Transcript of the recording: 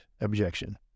objection